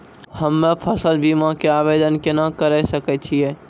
हम्मे फसल बीमा के आवदेन केना करे सकय छियै?